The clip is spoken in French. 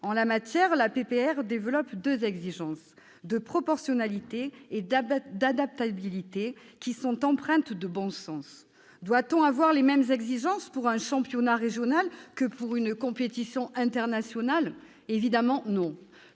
de résolution développent deux exigences, de proportionnalité et d'adaptabilité, qui sont empreintes de bon sens. Doit-on avoir les mêmes exigences pour un championnat régional et pour une compétition internationale ? Évidemment, non